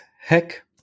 Heck